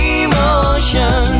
emotion